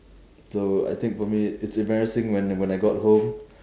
so I think for me it's embarrassing when when I got home